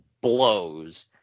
blows